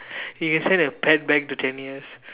you can send a pet back to ten years